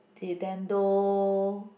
Nintendo